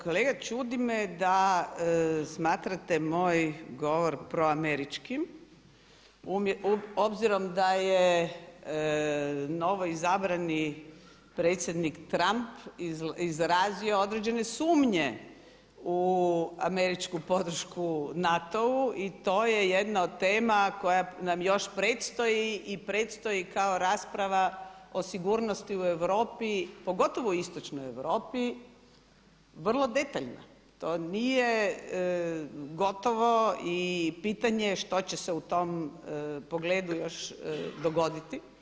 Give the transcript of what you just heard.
Kolega čudi me da smatrate moj govor proameričkim, obzirom da je novo izabrani predsjednik Trump izrazio određene sumnje u američku podršku NATO-u i to je jedna od tema koja nam još predstoji i predstoji kao rasprava o sigurnosti u Europi pogotovo u istočnoj Europi vrlo detaljna, to nije gotovo i pitanje je što će se u tom pogledu još dogoditi.